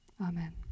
Amen